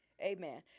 amen